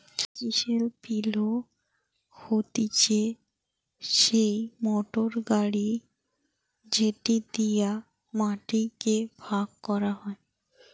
chisel পিলও হতিছে সেই মোটর গাড়ি যেটি দিয়া মাটি কে ভাগ করা হয়